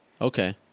Okay